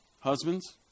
Husbands